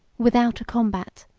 without a combat,